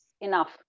enough